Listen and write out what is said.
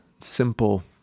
simple